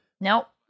Nope